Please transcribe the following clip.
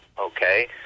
okay